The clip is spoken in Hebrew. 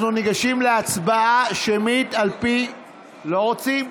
אנחנו ניגשים להצבעה שמית, לא רוצים?